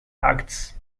acts